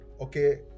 okay